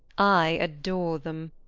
i adore them.